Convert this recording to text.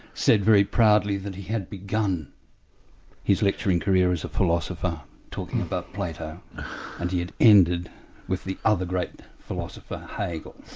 said very proudly that he had begun his lecturing career as a philosopher talking about plato and he had ended with the other great philosopher, hegel.